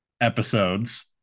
episodes